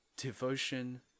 Devotion